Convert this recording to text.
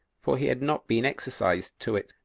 for he had not been exercised to it,